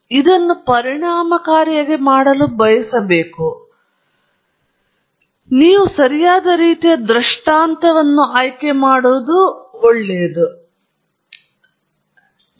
ನೀವು ಇದನ್ನು ಪರಿಣಾಮಕಾರಿಯಾಗಿ ಮಾಡಲು ಬಯಸುತ್ತೀರಿ ನೀವು ಏನನ್ನಾದರೂ ತೋರಿಸುವಾಗ ಮತ್ತು ನೀವು ಒಂದು ಬಿಂದುವನ್ನಾಗಿ ಮಾಡಲು ಪ್ರಯತ್ನಿಸುತ್ತಿರುವಾಗ ನೀವು ಇದನ್ನು ಬಯಸುತ್ತೀರಿ ಆ ದೃಷ್ಟಾಂತವನ್ನು ಮಾಡಲು ವಿವರಣೆ ನಿಮಗೆ ಸಹಾಯ ಮಾಡುತ್ತದೆ ಆದ್ದರಿಂದ ನೀವು ಸರಿಯಾದ ರೀತಿಯ ದೃಷ್ಟಾಂತವನ್ನು ಆಯ್ಕೆ ಮಾಡಬೇಕೆಂದು ಹೇಳುವ ಉದ್ದೇಶವೇ ಆಗಿದೆ